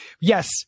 yes